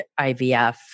IVF